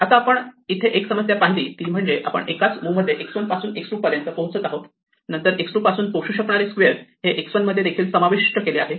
आता इथे आपण एक समस्या पाहिली ती म्हणजे आपण एकाच मुव्ह मध्ये x1 पासून x2 पर्यंत पोहोचत आहोत नंतर x2 पासून पोहोचू शकणारे स्क्वेअर हे x1 मध्ये देखील समाविष्ट आहेत